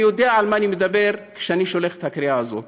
אני יודע על מה אני מדבר כשאני שולח את הקריאה הזאת.